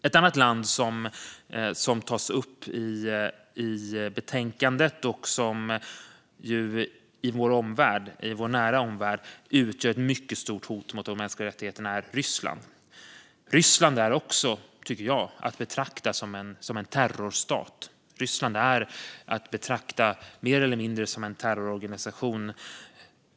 Ett annat land som tas upp i betänkandet och som i vår nära omvärld utgör ett mycket stort hot mot de mänskliga rättigheterna är Ryssland. Ryssland är också att betrakta som en terrorstat. Ryssland är mer eller mindre att betrakta som en terrororganisation.